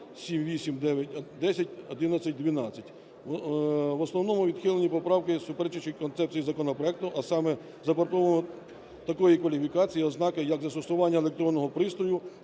В основному відхилені поправки суперечать концепції законопроекту, а саме запропонуванню такої кваліфікації і ознаки як застосування електронного пристрою